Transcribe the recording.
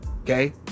okay